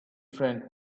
friend